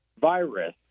virus